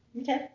Okay